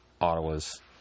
Ottawa's